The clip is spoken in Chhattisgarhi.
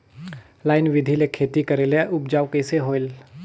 लाइन बिधी ले खेती करेले उपजाऊ कइसे होयल?